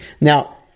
now